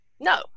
No